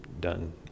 done